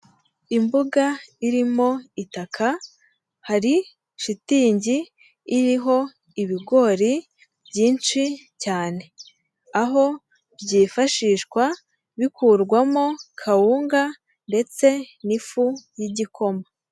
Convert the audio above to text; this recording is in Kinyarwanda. Imbuga irimo itaka, hari shitingi iriho ibigori byinshi cyane, aho byifashishwa bikurwamo kawunga ndetse n'ifu y'igikoma.